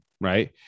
right